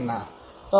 তখন কী হতে পারে